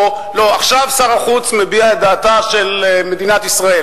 או "עכשיו שר החוץ מביע את דעתה של מדינת ישראל",